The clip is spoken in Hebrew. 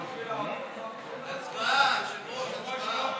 הצבעה, היושב-ראש.